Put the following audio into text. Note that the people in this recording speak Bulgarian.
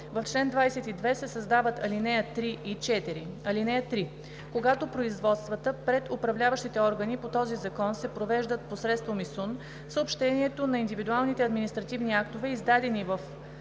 В чл. 22 се създават ал. 3 и 4: „(3) Когато производствата пред управляващите органи по този закон се провеждат посредством ИСУН, съобщаването на индивидуалните административни актове, издадени в